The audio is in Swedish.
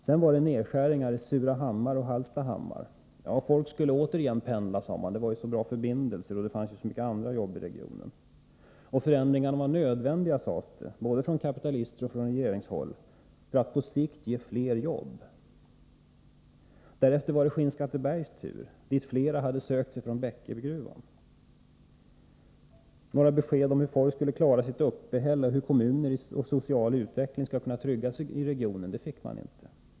Sedan var det nedskärningar i Surahammar och Hallstahammar. Folk skulle återigen pendla, sade man; det var ju så bra förbindelser, och det fanns ju så många andra jobb i regionen. Förändringarna var nödvändiga, sades det, både av kapitalister och från regeringshåll, för att på sikt ge fler jobb. Därefter var det Skinnskattebergs tur, dit flera hade sökt sig från Bäckegruvan. Några besked om hur folk skulle klara sitt uppehälle eller om hur kommuner och social utveckling skulle tryggas i regionen lämnades inte.